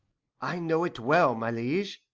i know it well, my liege,